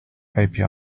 api